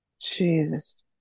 Jesus